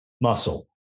muscle